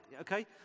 okay